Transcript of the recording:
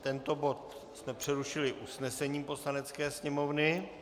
Tento bod jsme přerušili usnesením Poslanecké sněmovny.